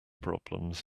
problems